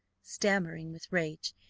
stammering with rage,